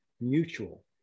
Mutual